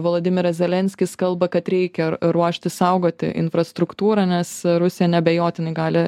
volodimiras zelenskis kalba kad reikia ruoštis saugoti infrastruktūrą nes rusija neabejotinai gali